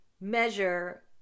measure